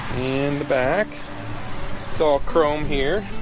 in the back it's all chrome here